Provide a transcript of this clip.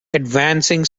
advancing